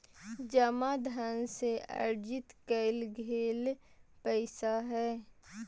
जमा धन से अर्जित कइल गेल पैसा हइ